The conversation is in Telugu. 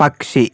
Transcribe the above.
పక్షి